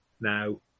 now